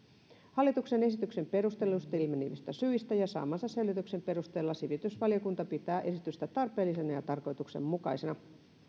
hallituksen esityksen perusteluista ilmenevistä syistä ja saamansa selvityksen perusteella sivistysvaliokunta pitää esitystä tarpeellisena ja tarkoituksenmukaisena